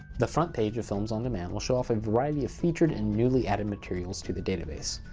the front page of films on demand will show off a variety of featured and newly added materials to the database.